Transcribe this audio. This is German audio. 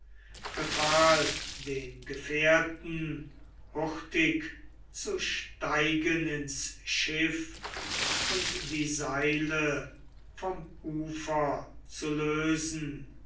befahl den gefährten hurtig zu steigen ins schiff und die seile vom ufer zu lösen